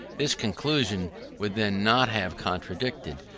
this conclusion would then not have contradicted,